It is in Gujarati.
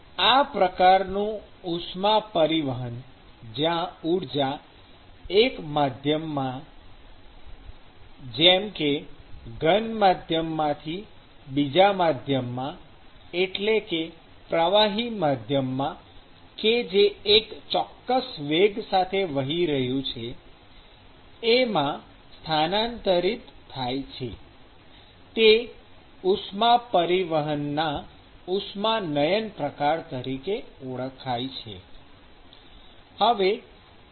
આ પ્રકારનું ઉષ્મા પરિવહન જ્યાં ઊર્જા એક માધ્યમ જેમ કે ઘનમાંથી બીજા માધ્યમમાં એટલે પ્રવાહીમાં કે જે એક ચોક્કસ વેગ સાથે વહી રહ્યું છે એમાં સ્થાનાંતરિત થાય છે તે ઉષ્મા પરિવહનના ઉષ્માનયન પ્રકાર તરીકે ઓળખાય છે